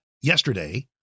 Yesterday